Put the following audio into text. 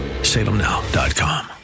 salemnow.com